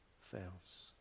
fails